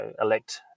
elect